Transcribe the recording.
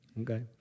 Okay